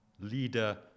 leader